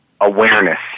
awareness